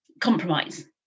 compromise